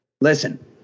Listen